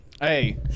Hey